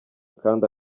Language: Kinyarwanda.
kandi